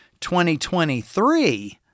2023